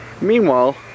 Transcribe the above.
Meanwhile